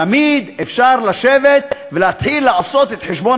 תמיד אפשר לשבת ולהתחיל לעשות את חשבון